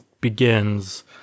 begins